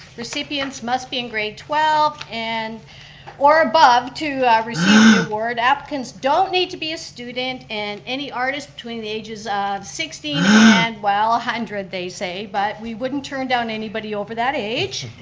recipients must be in grade twelve and or above to receive the award. applicants don't need to be a student and any artist between the ages of sixteen and well one hundred, they say, but we wouldn't turn down anybody over that age,